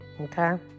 Okay